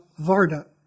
Varda